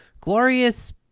glorious